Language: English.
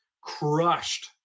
crushed